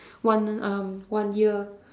one um one year